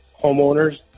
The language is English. homeowners